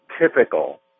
typical